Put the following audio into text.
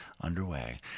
underway